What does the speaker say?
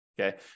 Okay